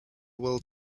world